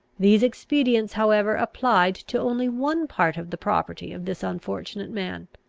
these expedients, however, applied to only one part of the property of this unfortunate man.